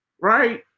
right